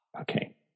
Okay